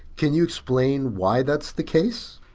can you explain why that's the case?